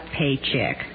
paycheck